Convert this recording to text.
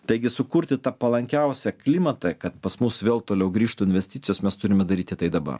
taigi sukurti tą palankiausią klimatą kad pas mus vėl toliau grįžtų investicijos mes turime daryti tai dabar